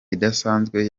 idasanzwe